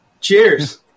Cheers